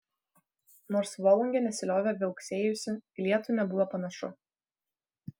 nors volungė nesiliovė viauksėjusi į lietų nebuvo panašu